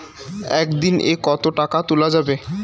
একদিন এ কতো টাকা তুলা যাবে?